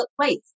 place